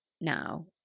now